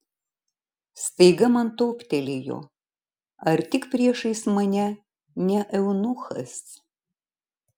staiga man toptelėjo ar tik priešais mane ne eunuchas